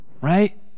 right